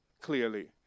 Clearly